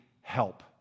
help